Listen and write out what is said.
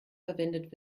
verwendet